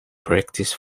practice